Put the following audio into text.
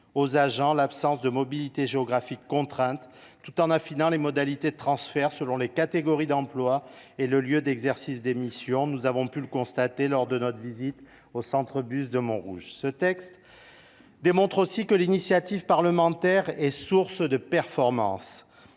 aux agents l’absence de mobilité géographique contrainte, tout en affinant les modalités de transfert selon les catégories d’emploi et le lieu d’exercice des missions. Nous avons pu le constater lors de notre visite au centre bus de Montrouge. Ce texte montre aussi que l’initiative parlementaire est source de performance.